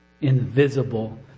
invisible